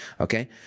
okay